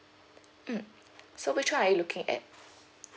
mm so which [one] are you looking at